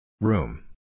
Room